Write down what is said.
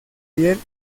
piel